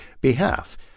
behalf